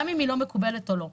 גם אם היא לא מקובלת או לא.